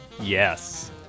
yes